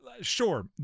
Sure